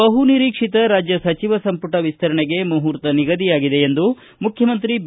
ಬಹು ನಿರೀಕ್ಷಿತ ರಾಜ್ಯ ಸಚಿವ ಸಂಪುಟವಿಸ್ತರಣೆಗೆ ಮಹೂರ್ತ ನಿಗದಿಯಾಗಿದೆ ಎಂದು ಮುಖ್ಯಮಂತ್ರಿ ಬಿ